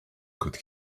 could